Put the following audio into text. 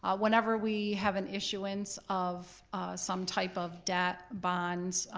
ah whenever we have an issuance of some type of debt, bonds,